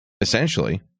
essentially